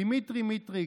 דמיטרי מיטריק,